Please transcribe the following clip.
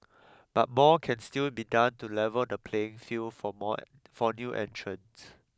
but more can still be done to level the playing field for more for new entrants